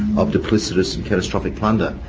of duplicitous and catastrophic plunder.